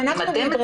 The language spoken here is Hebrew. גם אנחנו בלי ברירה.